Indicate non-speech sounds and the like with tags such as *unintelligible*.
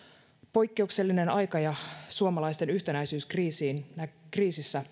poikkeuksellinen aika ja suomalaisten yhtenäisyys kriisissä *unintelligible*